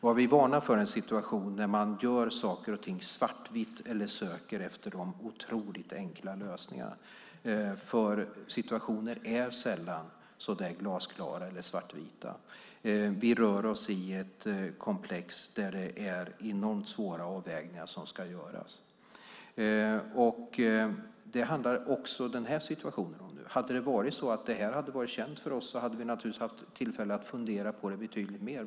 Vad vi varnar för är en situation där man gör saker och ting svartvita eller söker efter de otroligt enkla lösningarna, för situationer är sällan så där glasklara eller svartvita. Vi rör oss i ett komplex där det är enormt svåra avvägningar som ska göras. Om den här situationen hade varit känd för oss hade vi naturligtvis haft tillfälle att fundera på den betydligt mer.